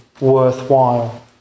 worthwhile